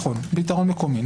נכון, פתרון מקומי.